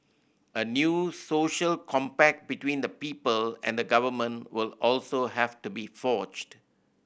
a new social compact between the people and the government will also have to be forged